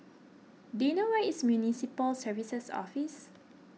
do you know where is Municipal Services Office